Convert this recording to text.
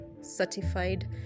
certified